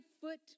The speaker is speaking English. foot